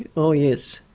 oh yes.